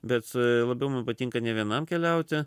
bet labiau man patinka ne vienam keliauti